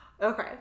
Okay